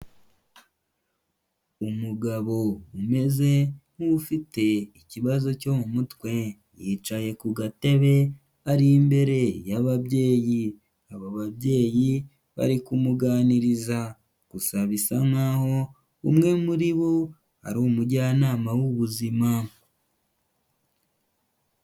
Umugabo umeze nk'ufite ikibazo cyo mu mutwe yicaye ku gatebe, ari imbere y'ababyeyi. Aba babyeyi bari kumuganiriza, gusa bisa nkaho umwe muri bo ari umujyanama w'ubuzima.